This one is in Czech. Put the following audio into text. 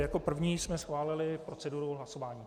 Jako první jsme schválili proceduru hlasování.